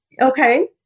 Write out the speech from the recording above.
okay